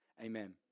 amen